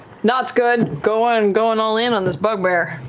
nott's good, going and going all in on this bugbear.